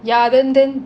ya then then